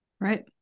Right